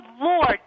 lord